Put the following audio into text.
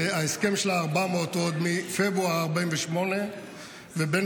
זה ההסכם של ה-400 עוד מפברואר 1948. בן